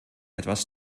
etwas